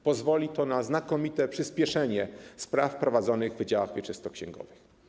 Pozwoli to na znakomite przyspieszenie spraw prowadzonych w wydziałach wieczystoksięgowych.